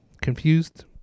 confused